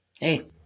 Hey